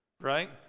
right